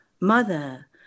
mother